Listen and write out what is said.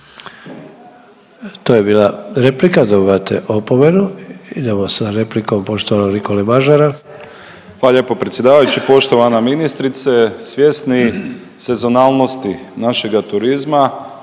To je bila replika. Dobivate opomenu. Idemo sa replikom poštovanog Nikole Mažara. **Mažar, Nikola (HDZ)** Hvala lijepo predsjedavajući. Poštovana ministrice, svjesni sezonalnosti našega turizma,